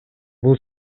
бул